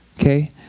Okay